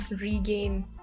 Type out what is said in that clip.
regain